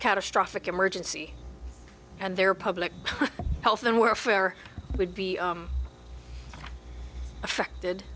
catastrophic emergency and their public health and welfare would be affected